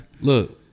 Look